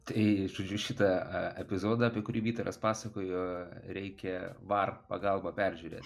tai žodžiu šitąe epizodą apie kurį vytaras pasakojo reikia var pagalba peržiūrėt